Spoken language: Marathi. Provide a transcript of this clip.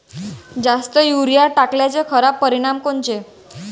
जास्त युरीया टाकल्याचे खराब परिनाम कोनचे?